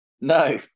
No